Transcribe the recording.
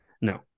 No